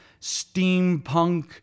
steampunk